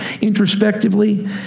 introspectively